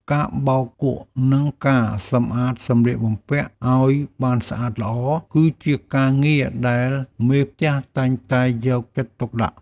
ការបោកគក់ និងការសម្អាតសម្លៀកបំពាក់ឱ្យបានស្អាតល្អ គឺជាការងារដែលមេផ្ទះតែងតែយកចិត្តទុកដាក់។